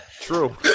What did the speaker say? True